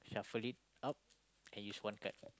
shuffle it up an use one card